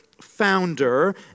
founder